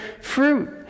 fruit